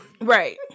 right